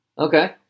Okay